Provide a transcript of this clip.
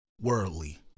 worldly